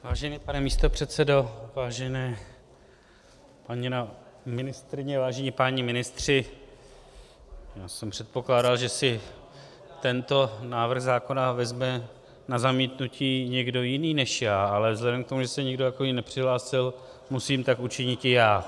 Vážený pane místopředsedo, vážená paní ministryně, vážení páni ministři, já jsem předpokládal, že si tento návrh zákona vezme na zamítnutí někdo jiný než já, ale vzhledem k tomu, že se nikdo takový nepřihlásil, musím tak učiniti já.